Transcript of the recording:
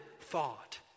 thought